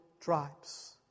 tribes